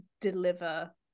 deliver